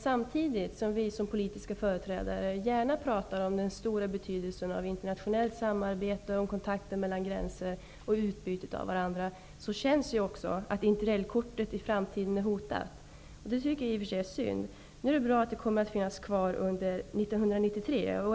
Samtidigt som vi som politiska företrädare gärna talar om den stora betydelsen av internationellt samarbete, kontakt över gränser och utbyte mellan länder, känner vi av att Interrailkortet i framtiden är hotat. Jag tycker i och för sig att det är synd, men det är bra att kortet i alla fall kommer att finnas kvar under 1993.